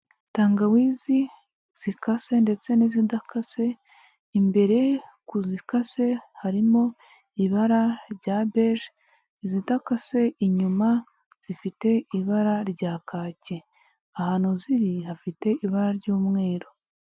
Tangawizi zikase ndetse n'izidakase, imbere ku zikase harimo ibara rya beje, izidakase inyuma zifite ibara rya kaki, ahantu ziri hafite ibara ry'umweru.